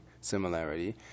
similarity